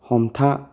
हमथा